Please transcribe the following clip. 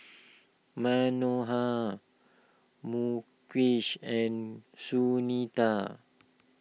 Manohar Mukesh and Sunita